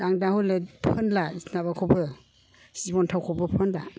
आं दा हले फोनला माबाखौबो जिबन थावखौबो फोनला